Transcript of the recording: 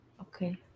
Okay